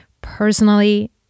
personally